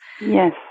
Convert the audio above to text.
Yes